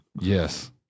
Yes